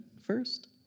first